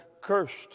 cursed